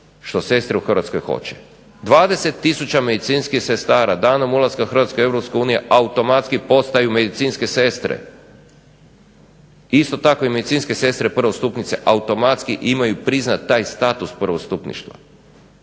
što sestre u Hrvatskoj hoće. 20 tisuća medicinskih sestara danom ulaska Hrvatske u Europsku uniju automatski postaju medicinske sestre, isto tako i medicinske sestre prvostupnice automatski imaju priznat taj status prvostupništva,